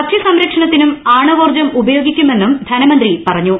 ഭക്ഷ്യ സംരക്ഷണത്തിനും ആണവോർജം ഉപയോഗിക്കുമെന്നും ധനമന്ത്രി പറഞ്ഞു